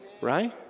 right